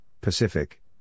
Pacific